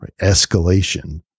escalation